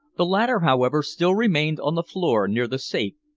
the latter, however, still remained on the floor near the safe,